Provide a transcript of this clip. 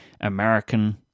American